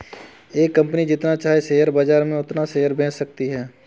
एक कंपनी जितना चाहे शेयर बाजार में उतना शेयर बेच सकती है